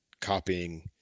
copying